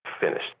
finished